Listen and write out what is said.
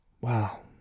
Wow